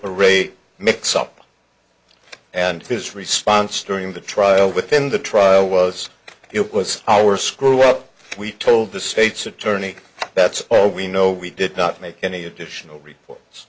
rape mix up and his response during the trial within the trial was it was our screw up we told the state's attorney that's all we know we did not make any additional reports